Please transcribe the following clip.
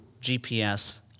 gps